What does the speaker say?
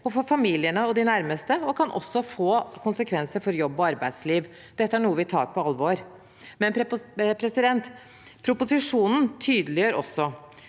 for familiene og de nærmeste, og kan også få konsekvenser for jobb og arbeidsliv. Dette er noe vi tar på alvor. Som proposisjonen også tydeliggjør: